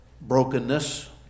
brokenness